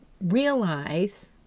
realize